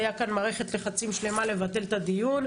הייתה כאן מערכת לחצים שלמה לבטל את הדיון,